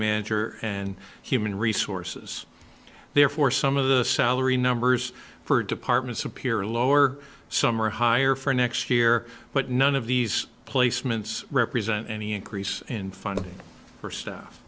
manager and human resources therefore some of the salary numbers for departments appear lower some are higher for next year but none of these placements represent any increase in funding for staff